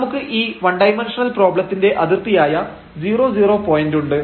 നമുക്ക് ഈ one dimensional പ്രോബ്ലത്തിന്റെ അതിർത്തിയായ 00 പോയന്റുണ്ട്